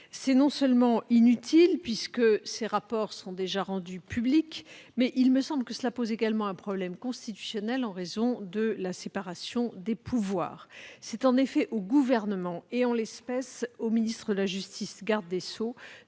Cela serait inutile, puisque ces rapports sont déjà rendus publics, mais cela me semble en outre poser un problème constitutionnel au regard de la séparation des pouvoirs. C'est en effet au Gouvernement, et, en l'espèce, au ministre de la justice, garde des sceaux,